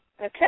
Okay